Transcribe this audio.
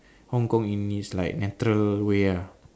Hong-Kong in its like natural way ah